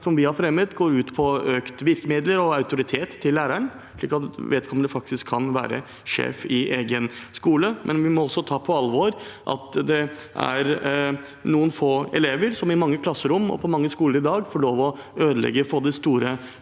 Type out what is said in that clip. som vi har fremmet, går ut på økte virkemidler og autoritet til læreren slik at vedkommende faktisk kan være sjef i egen skole. Vi må også ta på alvor at det er noen få elever som i mange klasserom og på mange skoler i dag får lov til å ødelegge for det store